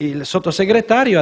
Il Sottosegretario